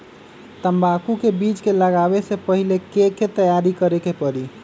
तंबाकू के बीज के लगाबे से पहिले के की तैयारी करे के परी?